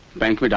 bank. but